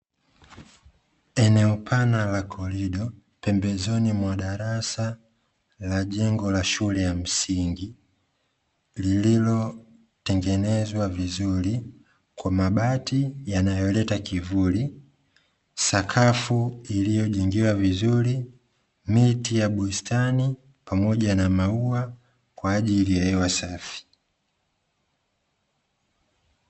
Eneo pana la korido, pembezoni mwa darasa la jengo la shule ya msingi, lililotengenezwa vizuri kwa mabati yanayoleta kivuli, sakafu iliyojengewa vizuri, miti ya bustani kwa ajili ya maua, pamoja na hewa safi.